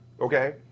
Okay